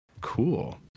Cool